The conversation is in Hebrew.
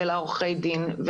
לעורכי הדין,